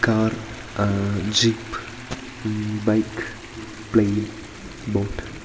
car jeep bike plane boat